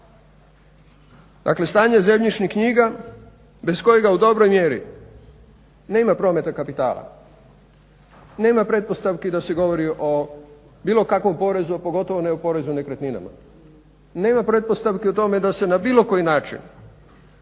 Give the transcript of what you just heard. Dakle stanje zemljišnih knjiga bez kojega u dobroj mjeri nema prometa kapitala, nema pretpostavki da se govori o bilo kakvom porezu, a pogotovo ne o porezu na nekretninama. Nema pretpostavki u tome da se na bilo koji način